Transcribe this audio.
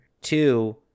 Two